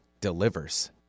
delivers